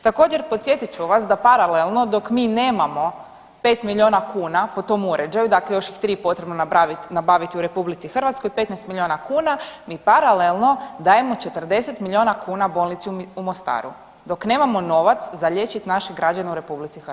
Također podsjetit ću vas da paralelno dok mi nemamo 5 milijuna kuna po tom uređaju, dakle još 3 je potrebno nabavit u RH, 15 milijuna kuna, mi paralelno dajemo 40 milijuna kuna bolnici u Mostaru, dok nemamo novac za liječit naše građane u RH.